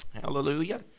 Hallelujah